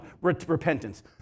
repentance